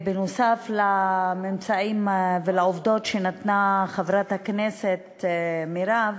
נוסף על הממצאים והעובדות שנתנה חברת הכנסת מירב,